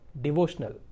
devotional